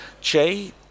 Che